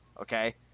okay